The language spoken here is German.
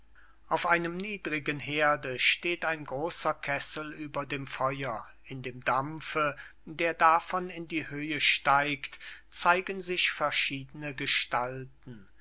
auf einem niedrigen herde steht ein großer kessel über dem feuer in dem dampfe der davon in die höhe steigt zeigen sich verschiedne gestalten